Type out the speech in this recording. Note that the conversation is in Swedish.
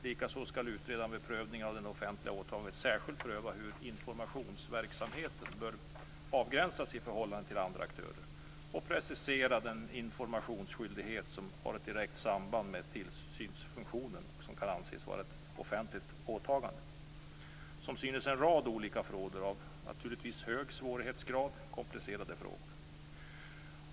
Likaså skall utredaren vid prövningen av det offentliga åtagandet särskilt pröva hur informationsverksamheten bör avgränsas i förhållande till andra aktörer och precisera den informationsskyldighet som har ett direkt samband med tillsynsfunktionen och som kan anses vara ett offentligt åtagande. Som synes finns det en rad olika frågor av hög svårighetsgrad. Det här är komplicerade frågor.